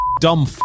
dumb